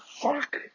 fuck